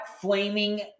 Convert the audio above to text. flaming